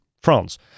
France